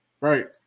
right